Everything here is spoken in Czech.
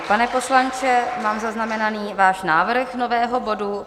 Pane poslanče, mám zaznamenaný váš návrh nového bodu.